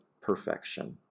perfection